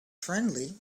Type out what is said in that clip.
friendly